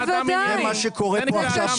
זה מה שקורה כאן עכשיו.